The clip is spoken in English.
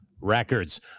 Records